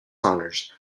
honours